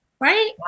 right